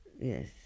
Yes